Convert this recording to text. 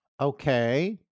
Okay